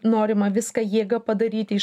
norima viską jėga padaryti iš